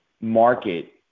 market